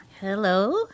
Hello